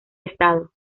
estado